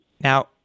Now